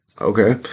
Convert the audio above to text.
Okay